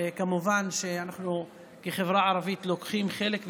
כמובן שאנחנו כחברה הערבית לוקחים חלק.